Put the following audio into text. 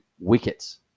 wickets